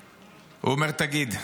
תגיד,